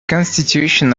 constitution